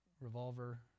revolver